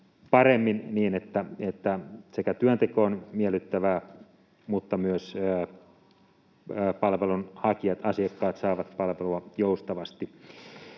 paremmin niin, että sekä työnteko on miellyttävää että myös palvelun hakijat, asiakkaat, saavat palvelua joustavasti.